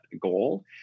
goal